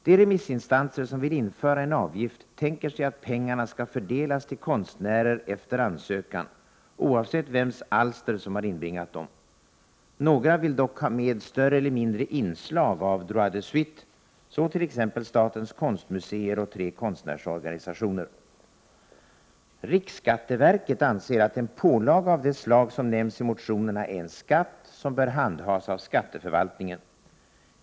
De remissinstanser som vill införa en avgift tänker sig att pengarna skall fördelas till konstnärer efter ansökan, oavsett vems alster som har inbringat dem. Några vill dock ha med större eller mindre inslag av droit de suite — så t.ex. statens konstmuseer och tre konstnärsorganisationer. Riksskatteverket anser att en ”pålaga” av det slag som nämns i motionerna är en skatt, som bör handhas av skatteförvaltningen.